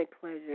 pleasure